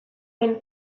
den